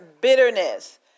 Bitterness